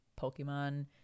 Pokemon